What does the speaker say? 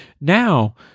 now